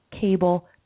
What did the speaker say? cable